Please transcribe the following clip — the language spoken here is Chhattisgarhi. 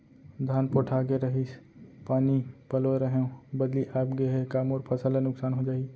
धान पोठागे रहीस, पानी पलोय रहेंव, बदली आप गे हे, का मोर फसल ल नुकसान हो जाही?